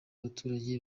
abaturage